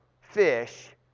fish